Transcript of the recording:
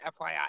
FYI